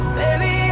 baby